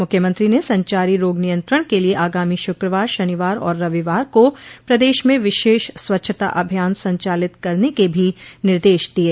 मुख्यमंत्री ने संचारी रोग नियंत्रण के लिये आगामी शुक्रवार शनिवार और रविवार को प्रदेश में विशेष स्वच्छता अभियान संचालित करने के भी निर्देश दिये